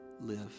live